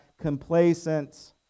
complacent